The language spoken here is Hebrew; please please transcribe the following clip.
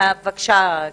בבקשה.